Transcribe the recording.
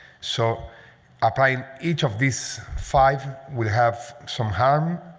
so applying each of these five will have some harm.